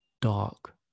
dark